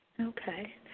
Okay